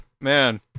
Man